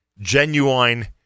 genuine